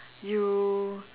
you